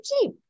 cheap